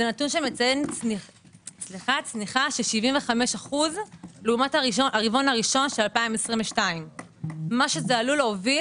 זה נתון שמציין צניחה של 75% לעומת הרבעון הראשון של 2022. זה עלול להוביל